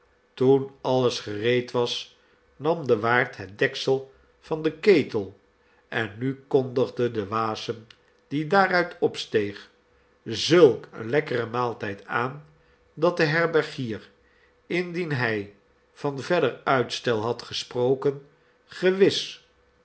toen alles gereed was nam de waard het deksel van den ketel en nu kondigde de wasem die daaruit opsteeg zulk een lekkeren maaltijd aan dat de herbergier indien hij van verder uitstel had gesproken gewis